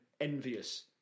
envious